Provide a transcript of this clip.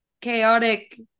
chaotic